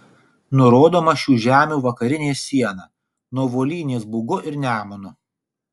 nurodoma šių žemių vakarinė siena nuo volynės bugu ir nemunu